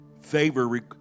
favor